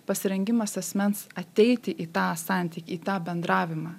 pasirengimas asmens ateiti į tą santykį į tą bendravimą